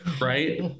right